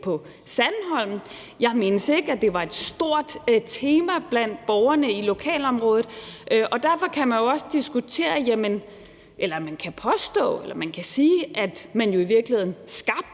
på Sandholm. Jeg mindes ikke, at det var et stort tema blandt borgerne i lokalområdet, og derfor kan man jo også diskutere, eller man kan påstå, eller man kan sige, at man jo i virkeligheden skabte